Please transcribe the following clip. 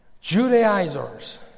Judaizers